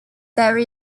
there